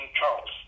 Charles